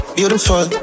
Beautiful